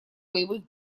боевых